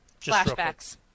Flashbacks